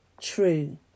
true